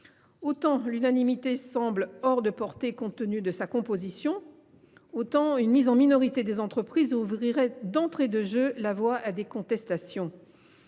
Autant l’unanimité semble hors de portée compte tenu de sa composition, autant une mise en minorité des entreprises ouvrirait d’entrée de jeu la voie à des contestations.